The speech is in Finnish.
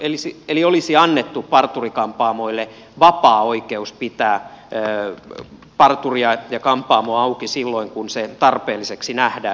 eli olisi annettu parturi kampaamoille vapaa oikeus pitää parturia ja kampaamoa auki silloin kun se tarpeelliseksi nähdään